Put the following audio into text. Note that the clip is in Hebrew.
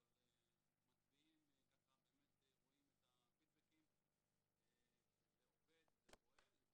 אבל מצביעים ורואים את הפידבקים שזה עובד וזה פועל.